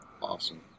Awesome